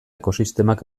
ekosistemak